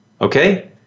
Okay